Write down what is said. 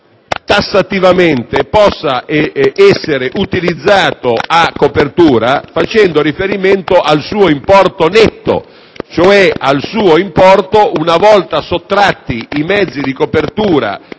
tassativamente, possa essere utilizzato a copertura, facendo riferimento al suo importo netto, cioè al suo importo una volta sottratti i mezzi di copertura